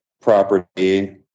property